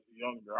younger